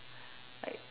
like